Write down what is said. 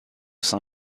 sein